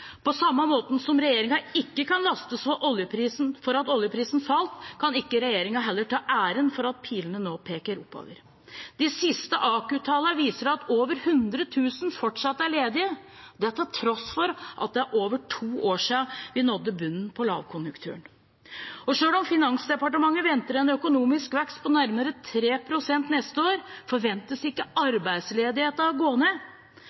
På samme måte som regjeringen ikke kan lastes for at oljeprisen falt, kan ikke regjeringen heller ta æren for at pilene nå peker oppover. De siste AKU-tallene viser at over 100 000 fortsatt er ledige, til tross for at det er over to år siden vi nådde bunnen på lavkonjunkturen. Selv om Finansdepartementet venter en økonomisk vekst på nærmere 3 pst. neste år, forventes ikke arbeidsledigheten å gå ned.